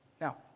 Now